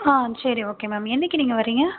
ஆ சரி okay ma'am என்றைக்கு நீங்கள் வரிங்க